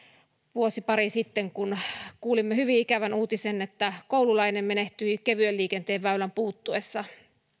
vuosi pari sitten kun kuulimme hyvin ikävän uutisen että koululainen menehtyi kevyen liikenteen väylän puuttuessa